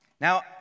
Now